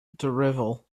drivel